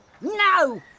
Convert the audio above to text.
No